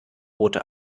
rote